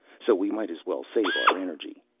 so we might as well save our energy.